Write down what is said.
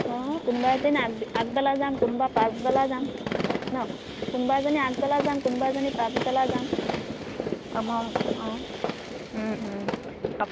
অঁ কোনোবা এজনী আগ আগবেলা যাম কোনোবা পাছবেলা যাম ন কোনোবা এজনী আগবেলা যাম কোনোবা এজনী পাছবেলা যাম আমাৰ অঁ